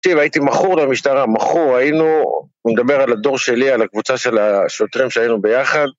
הייתי מכור למשטרה, מכור. היינו, אני מדבר על הדור שלי, על הקבוצה של השוטרים שהיינו ביחד.